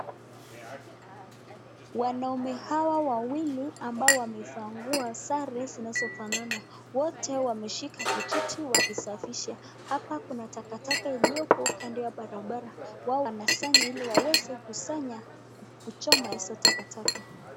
Wanaume hawa wawili ambao wamevaa nguo sare zinazofanana, wote wameshika vijiti wakisafisha. Hapa kuna takataka ilioko kando ya barabara, wao wanasanya ili waweze kuchoma hizo takataka.